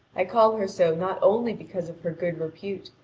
i call her so not only because of her good repute,